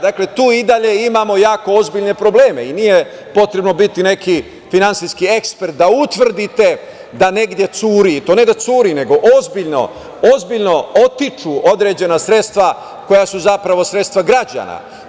Dakle, tu i dalje imamo jako ozbiljne probleme i nije potrebno biti neki finansijski ekspert da utvrdite da negde curi, to ne da curi, nego ozbiljno otiču određena sredstva koja su zapravo sredstva građana.